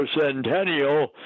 centennial